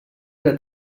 era